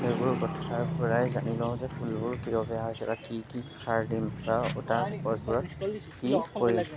সেইবোৰ কথাৰ পৰাই জানি লওঁ যে ফুলবোৰ কিয় বেয়া হৈছে বা কি কি সাৰ দিম বা গছবোৰত কি কৰিম